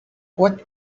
what